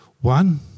One